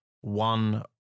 one